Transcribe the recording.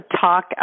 talk